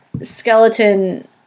skeleton